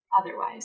otherwise